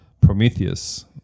prometheus